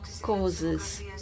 causes